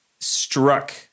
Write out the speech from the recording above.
struck